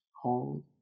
hold